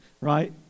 right